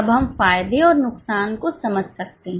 अब हम फायदे और नुकसान को समझ सकते हैं